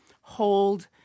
hold